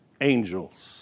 angels